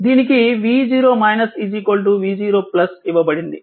దీనికి v0 v0 ఇవ్వబడింది